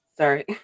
Sorry